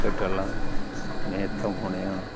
போய்ட்டு வரலாம் சரி நேற்று தான் போனியா